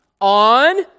On